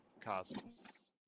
cosmos